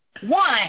One